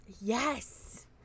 Yes